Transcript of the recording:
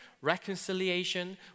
reconciliation